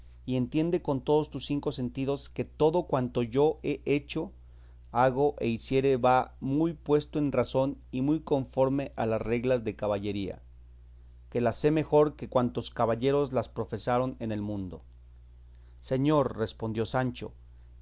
y entiende con todos tus cinco sentidos que todo cuanto yo he hecho hago e hiciere va muy puesto en razón y muy conforme a las reglas de caballería que las sé mejor que cuantos caballeros las profesaron en el mundo señor respondió sancho